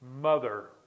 mother